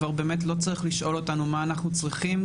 כבר באמת לא צריך לשאול אותנו מה אנחנו צריכים,